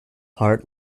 heart